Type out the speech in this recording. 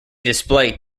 display